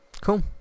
Cool